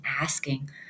asking